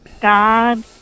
god